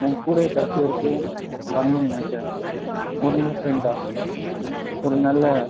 உங்கள் கூட கடைசி வரைக்கும் வரணும்னு நினைக்கிறேன் ஒன்று ஃப்ரெண்டாக ஒரு நல்ல